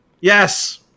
Yes